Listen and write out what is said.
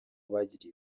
bagiriye